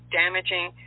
damaging